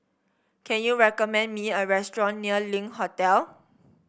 can you recommend me a restaurant near Link Hotel